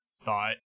thought